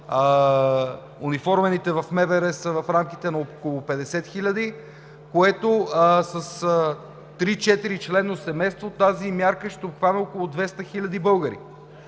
униформените в МВР, са в рамките на около 50 хиляди, което с три-четиричленно семейство тази мярка ще обхване около 200 хиляди българи.